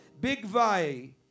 Bigvai